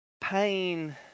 pain